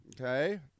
okay